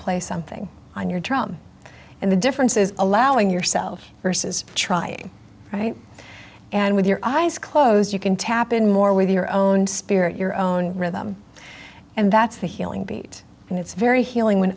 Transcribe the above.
play something on your drum and the difference is allowing yourself versus trying right and with your eyes closed you can tap in more with your own spirit your own rhythm and that's the healing beat and it's very healing w